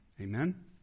Amen